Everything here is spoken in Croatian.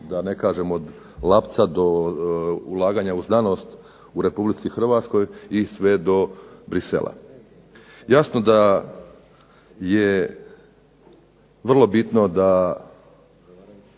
Da ne kažem od Lapca do ulaganja u znanost u RH i sve do Bruxellesa. Jasno da je vrlo bitno da